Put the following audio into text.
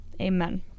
Amen